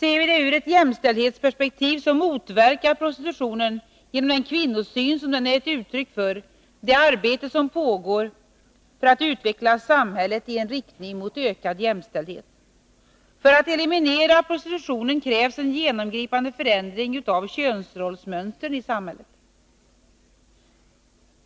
Ur jämställdhetsperspektiv motverkar prostitutionen genom den kvinnosyn som den är ett uttryck för det arbete som pågår för att utveckla samhället i riktning mot ökad jämställdhet. För att eliminera prostitutionen krävs en genomgripande förändring av könsrollsmönstren i samhället.